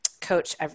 coach